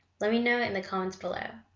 let me know it in the comments below.